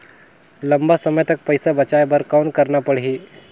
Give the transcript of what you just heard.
लंबा समय तक पइसा बचाये बर कौन करना पड़ही?